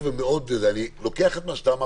אני לוקח את מה שאמר